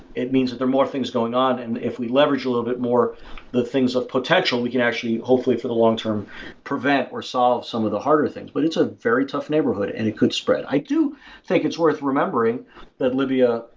it means that there are more things going on and if we leverage a little bit more the things of potential, we can actually hopefully for the long term prevent or solve some of the harder things. but it's a very tough neighborhood and it could spread. i do think it's worth remembering that libya,